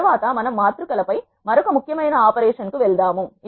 తరువాత మనము మాతృ కల పై మరొక ముఖ్యమైన ఆపరేషన్ కు వెళ్దాము